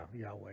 Yahweh